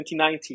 2019